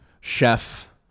Chef